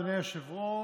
אדוני היושב-ראש,